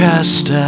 Cast